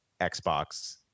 xbox